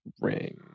ring